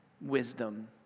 wisdom